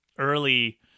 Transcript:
early